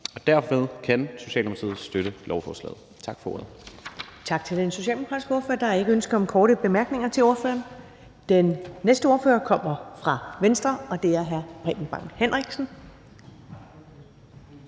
Derved kan Socialdemokratiet støtte lovforslaget. Tak for ordet.